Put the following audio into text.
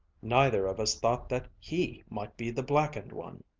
neither of us thought that he might be the blackened one!